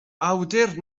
awdur